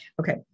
Okay